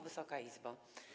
Wysoka Izbo!